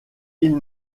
ils